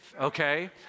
okay